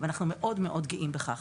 ואנחנו מאוד מאוד גאים בכך.